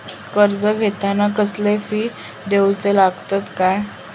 कर्ज घेताना कसले फी दिऊचे लागतत काय?